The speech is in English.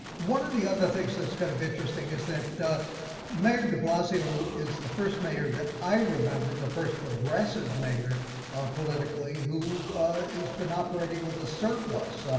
one of the other things that's kind of interesting is that mayor de blasio is the first mayor that i remember, the first progressive mayor politically, who has been operating with a surplus,